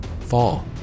fall